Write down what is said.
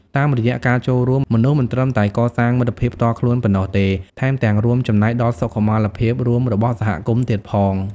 តាមរយៈការចូលរួម មនុស្សមិនត្រឹមតែកសាងមិត្តភាពផ្ទាល់ខ្លួនប៉ុណ្ណោះទេ ថែមទាំងរួមចំណែកដល់សុខុមាលភាពរួមរបស់សហគមន៍ទៀតផង។